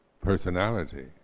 personality